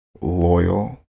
loyal